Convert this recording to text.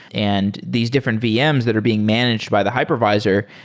and these different vms that are being managed by the hypervisor,